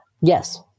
yes